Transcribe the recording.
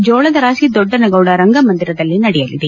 ಜೋಳದರಾತಿ ದೊಡ್ಡನಗೌಡ ರಂಗ ಮಂದಿರದಲ್ಲಿ ನಡೆಲಿದೆ